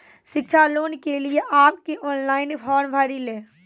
शिक्षा लोन के लिए आप के ऑनलाइन फॉर्म भरी ले?